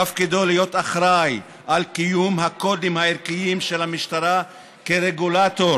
תפקידו להיות אחראי לקיום הקודים הערכיים של המשטרה כרגולטור,